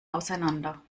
auseinander